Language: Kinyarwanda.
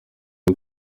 bwo